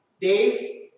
Dave